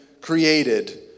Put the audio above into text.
created